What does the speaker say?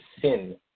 sin